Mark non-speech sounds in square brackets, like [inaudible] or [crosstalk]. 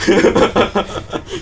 [laughs]